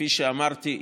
כפי שאמרתי,